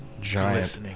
giant